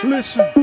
Listen